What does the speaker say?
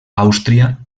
àustria